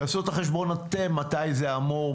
תעשו את החשבון אתם מתי זה אמור,